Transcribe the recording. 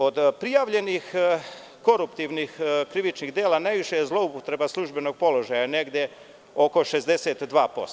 Od prijavljenih koruptivnih krivičnih dela najviše je zloupotreba službenog položaja, negde oko 62%